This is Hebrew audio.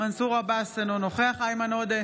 מנסור עבאס, אינו נוכח איימן עודה,